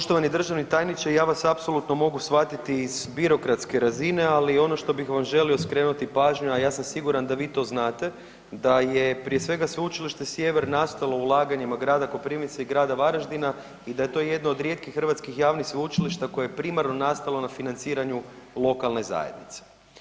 Poštovani državni tajniče ja vas apsolutno mogu shvatiti iz birokratske razine, ali ono što bih vam želio skrenuti pažnju, a ja sam siguran da vi to znate da je prije svega Sveučilište Sjever nastalo ulaganjima grada Koprivnice i grada Varaždina i da je to jedno od rijetkih hrvatskih javnih sveučilišta koje je primarno nastalo na financiranju lokalne zajednice.